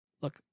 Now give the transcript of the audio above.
look